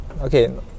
Okay